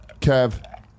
Kev